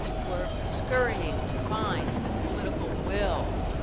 we're scurrying to find the political will